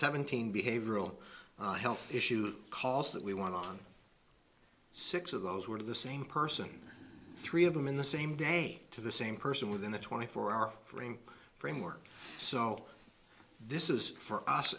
seventeen behavioral health issues cause that we want to six of those were of the same person three of them in the same day to the same person within a twenty four hour frame framework so this is for us